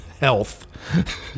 health